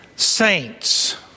Saints